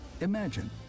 Imagine